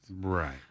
Right